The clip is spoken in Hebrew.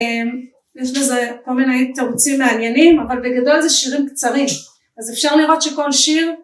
יש בזה כל מיני תרוצים מעניינים, אבל בגדול זה שירים קצרים, אז אפשר לראות שכל שיר,